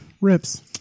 Rips